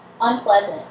unpleasant